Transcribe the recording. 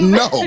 no